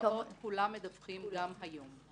לגבי הרשעות גופי החקירה מדווחים גם היום.